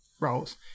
roles